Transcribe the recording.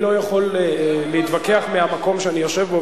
אני לא יכול להתווכח מהמקום שאני יושב בו,